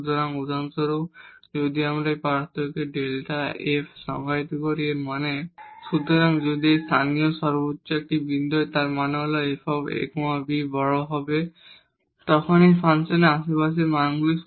সুতরাং উদাহরণস্বরূপ যদি আমরা এই পার্থক্য ডেল্টা f সংজ্ঞায়িত করি এর মানে Δ f f ah bk −f a b সুতরাং যদি এটি লোকাল ম্যাক্সিমা একটি বিন্দু হয় এর মানে হল এই f a b বড় হবে তখন এই ফাংশনের আশেপাশে এই মানগুলি